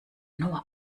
nur